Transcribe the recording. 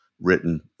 written